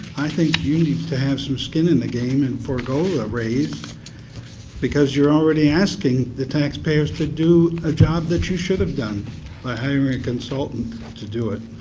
i think you need to have some skin in the game and forego the raise because you're already asking the tax payers to do a job that you should have done by hiring a consultant to do it.